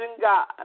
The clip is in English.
God